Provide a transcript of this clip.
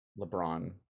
LeBron